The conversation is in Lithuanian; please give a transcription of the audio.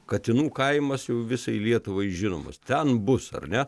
katinų kaimas jau visai lietuvai žinomas ten bus ar ne